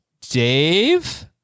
Dave